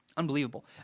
Unbelievable